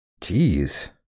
jeez